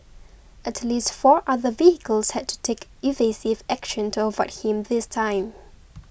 at least four other vehicles had to take evasive action to avoid him this time